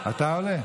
אתה עולה?